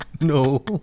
No